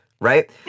right